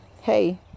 hey